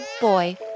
boy